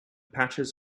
patches